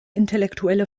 intellektuelle